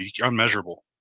unmeasurable